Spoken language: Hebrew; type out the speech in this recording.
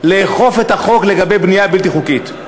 לאכוף את החוק לגבי בנייה בלתי חוקית.